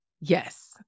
Yes